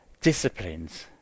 disciplines